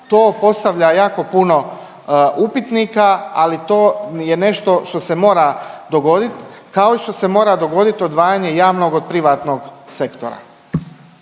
to postavlja jako puno upitnika, ali to je nešto što se mora dogodit, kao i što se mora dogodit odvajanje javno od privatnog sektora.